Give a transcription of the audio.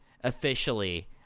officially